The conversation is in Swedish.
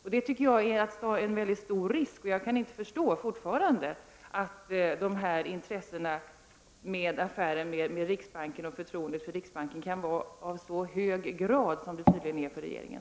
Jag tycker att man tar en mycket stor risk, och jag kan fortfarande inte förstå att de här intressena — jag tänker då på affären med riksbanken och på förtroendet för denna — kan betyda så mycket som det tydligen gör för regeringen.